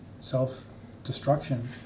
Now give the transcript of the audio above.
self-destruction